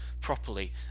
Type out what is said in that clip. properly